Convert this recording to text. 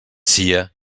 sia